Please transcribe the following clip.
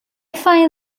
find